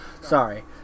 Sorry